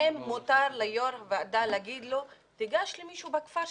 האם מותר ליו"ר הוועדה להגיד לו: תיגש למישהו בכפר שלך?